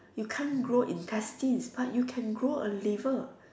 you can't grow intestines but you can grow a liver